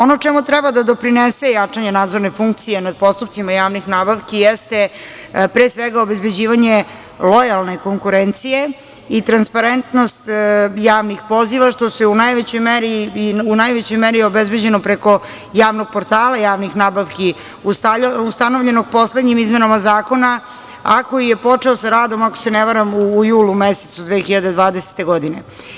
Ono čemu treba da doprinese jačanje nadzorne funkcije nad postupcima javnih nabavki jeste pre svega obezbeđivanje lojalne konkurencije i transparentnost javnih poziva što je u najvećoj meri obezbeđeno preko javnog portala javnih nabavki ustanovljeno poslednjim izmenama zakona, a koji je počeo sa radom, ako se ne varam, u julu mesecu 2020. godine.